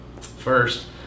First